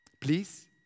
please